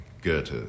Goethe